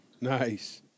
Nice